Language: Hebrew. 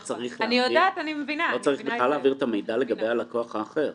לא צריך להעביר את המידע לגבי הלקוח האחר.